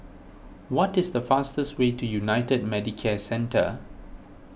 what is the fastest way to United Medicare Centre